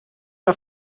auf